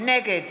נגד